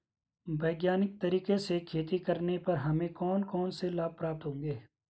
वैज्ञानिक तरीके से खेती करने पर हमें कौन कौन से लाभ प्राप्त होंगे?